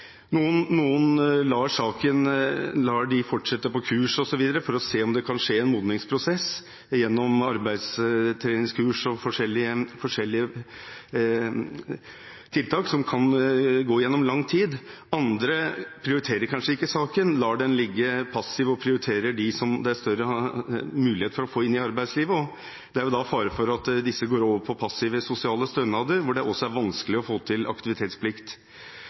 Noen lar dem fortsette på kurs for å se om det kan skje en modningsprosess gjennom arbeidstreningskurs og forskjellige tiltak som kan gå over lang tid. Andre prioriterer kanskje ikke saken, lar den ligge passiv og prioriterer dem som det er større mulighet for å få inn i arbeidslivet, og da er det jo fare for at disse kan gå over på passive sosiale stønader, hvor det også er vanskelig å få til aktivitetsplikt.